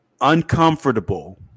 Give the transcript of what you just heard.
uncomfortable